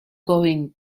going